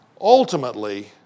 ultimately